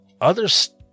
others